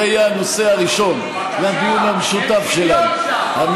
זה יהיה הנושא הראשון לדיון המשותף שלנו.